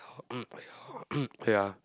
ya